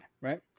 right